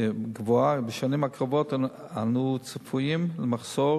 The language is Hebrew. ובשנים הקרובות אנו צפויים למחסור